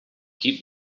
keep